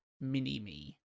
Mini-Me